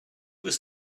was